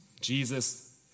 Jesus